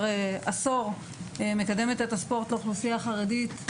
עשור מקדמת את הספורט לאוכלוסייה החרדית.